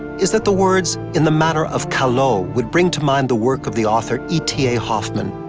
is that the words in the manner of callot would bring to mind the work of the author e t a. hoffman,